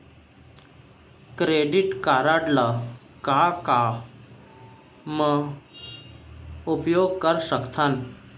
Credit card ला का का मा उपयोग कर सकथन?